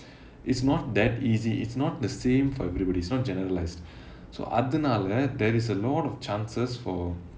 it's not that easy it's not the same for everybody it's not generalised so அதுனாலே:athunaalae there is a lot of chances for